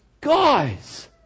guys